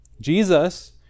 Jesus